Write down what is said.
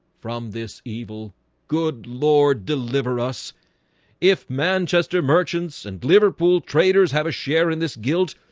from this evil good lord deliver us if manchester merchants and liverpool traders have a share in this guilt.